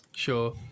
Sure